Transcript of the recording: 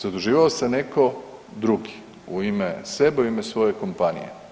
Zaduživao se netko drugi u ime sebe i u ime svoje kompanije.